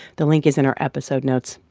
the link is in our episode notes.